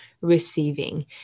receiving